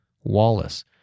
Wallace